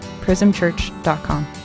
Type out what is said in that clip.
prismchurch.com